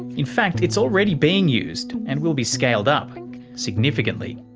in fact it's already been used and will be scaled up significantly.